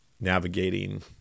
navigating